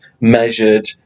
measured